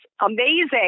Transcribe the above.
amazing